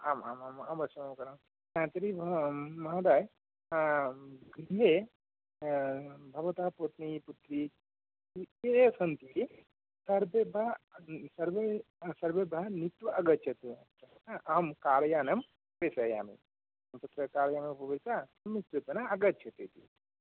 आम् आम् आम् तर्हि महोदय गृहे भवत पत्नी पुत्री ये सन्ति सर्वे वा सर्वेभ्यः वा नीत्वा आगच्छतु अहं कारयानं प्रेषयामि आगच्छति